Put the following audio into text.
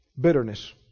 Bitterness